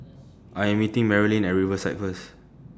I Am meeting Marilynn At Riverside First